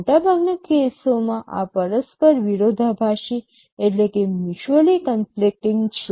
મોટાભાગના કેસોમાં આ પરસ્પર વિરોધાભાસી છે